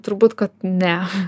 turbūt kad ne